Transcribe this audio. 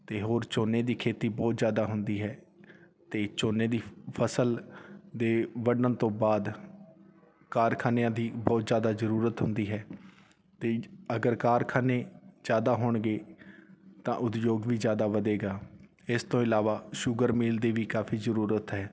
ਅਤੇ ਹੋਰ ਝੋਨੇ ਦੀ ਖੇਤੀ ਬਹੁਤ ਜ਼ਿਆਦਾ ਹੁੰਦੀ ਹੈ ਅਤੇ ਝੋਨੇ ਦੀ ਫ ਫਸਲ ਦੇ ਵੱਢਣ ਤੋਂ ਬਾਅਦ ਕਾਰਖਾਨਿਆਂ ਦੀ ਬਹੁਤ ਜ਼ਿਆਦਾ ਜ਼ਰੂਰਤ ਹੁੰਦੀ ਹੈ ਅਤੇ ਅਗਰ ਕਾਰਖਾਨੇ ਜ਼ਿਆਦਾ ਹੋਣਗੇ ਤਾਂ ਉਦਯੋਗ ਵੀ ਜ਼ਿਆਦਾ ਵਧੇਗਾ ਇਸ ਤੋਂ ਇਲਾਵਾ ਸ਼ੂਗਰ ਮੀਲ ਦੇ ਵੀ ਕਾਫ਼ੀ ਜ਼ਰੂਰਤ ਹੈ